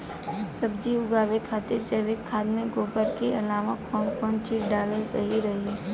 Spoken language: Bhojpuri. सब्जी उगावे खातिर जैविक खाद मे गोबर के अलाव कौन कौन चीज़ डालल सही रही?